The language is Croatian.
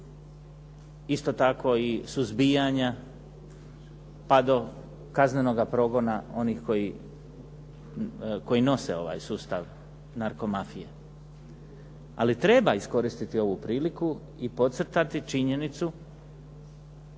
Isto tako i suzbijanja, pa do kaznenoga progona onih koji nose ovaj sustav narko mafije. Ali treba iskoristiti ovu priliku i podcrtati činjenicu